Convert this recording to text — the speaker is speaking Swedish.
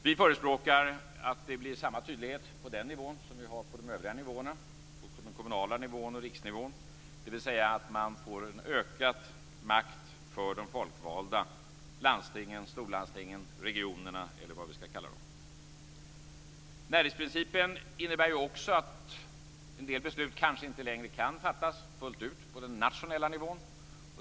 Vi förespråkar att det blir samma tydlighet på den nivån som vi har på de övriga nivåerna, på den kommunala nivån och på riksnivån, dvs. att man får en ökad makt för de folkvalda, för landstingen, storlandstingen, regionerna eller vad vi skall kalla dem. Närhetsprincipen innebär ju också att en del beslut kanske inte längre kan fattas fullt ut på den nationella nivån.